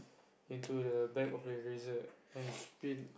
into the back of the eraser and you spin